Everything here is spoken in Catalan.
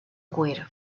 cuir